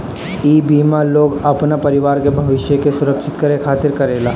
इ बीमा लोग अपना परिवार के भविष्य के सुरक्षित करे खातिर करेला